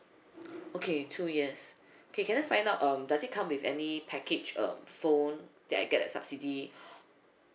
okay two years okay can I find out um does it come with any package um phone that I get a subsidy